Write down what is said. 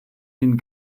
den